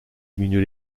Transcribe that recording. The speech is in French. diminuer